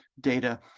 data